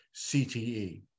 CTE